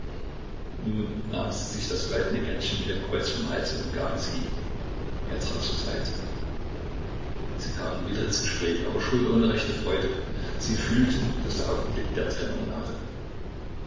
nun nahm sie sich das goldene kettchen mit dem kreuz vom halse und gab es ihm er trat zur seite sie kamen wieder ins gespräch aber schon ohne rechte freude sie fühlten daß der augenblick der trennung nahte